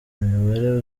imibare